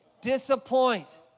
Disappoint